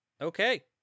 Okay